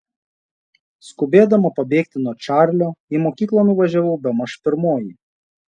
skubėdama pabėgti nuo čarlio į mokyklą nuvažiavau bemaž pirmoji